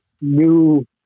new